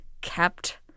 kept